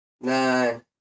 nine